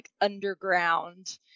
underground